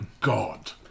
God